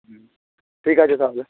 হুম ঠিক আছে তাহলে